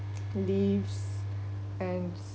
leaves and